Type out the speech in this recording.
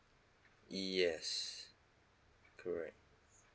yes correct